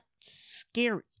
scary